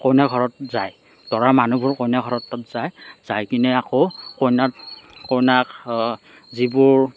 কইনা ঘৰত যায় দৰাৰ মানুহবোৰ কইনা ঘৰত যায় যাই কেনে আকৌ কইনাৰ কইনাৰ যিবোৰ